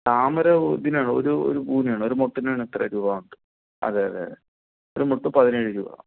താമര ഇതിനാ ഒരു ഒരു പൂവിന് ആണ് ഒരു മൊട്ടിന് ആണ് ഇത്ര രൂപ നമുക്ക് അതേ അതേ ഒരു മൊട്ട് പതിനേഴ് രൂപ